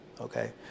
okay